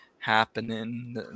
happening